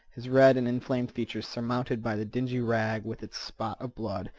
his red and inflamed features surmounted by the dingy rag with its spot of blood,